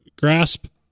grasp